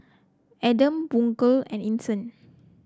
Adam Bunga and Isnin